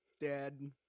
dad